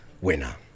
winner